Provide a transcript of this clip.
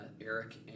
Eric